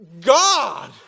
God